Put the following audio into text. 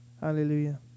Hallelujah